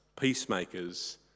peacemakers